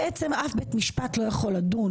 אף בית משפט לא יכול לדון